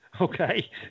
Okay